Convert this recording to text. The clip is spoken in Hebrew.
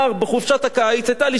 בחופשת הקיץ היתה לשכת עבודה,